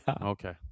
Okay